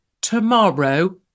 tomorrow